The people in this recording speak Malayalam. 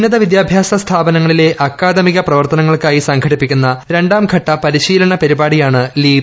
ഉന്നത വിദ്യാഭ്യാസ സ്ഥാപനങ്ങളിലെ അക്കാദമിക പ്രവർത്തനങ്ങൾക്കായി സംഘടിപ്പിക്കുന്ന രണ്ടാം ഘട്ട പരിശീലന പരിപാടിയാണ് ലീപ്